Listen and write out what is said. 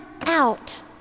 out